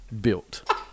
built